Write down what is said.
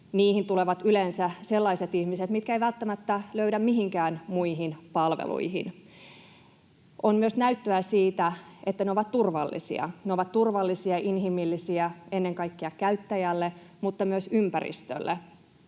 niihin tulevat yleensä sellaiset ihmiset, mitkä eivät välttämättä löydä mihinkään muihin palveluihin. On myös näyttöä siitä, että ne ovat turvallisia. Ne ovat turvallisia ja inhimillisiä ennen kaikkea käyttäjälle mutta myös ympäristölle.